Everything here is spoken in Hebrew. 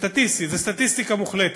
סטטיסטית, סטטיסטית, זו סטטיסטיקה מוחלטת,